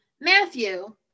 Matthew